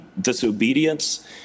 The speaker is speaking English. disobedience